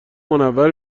منور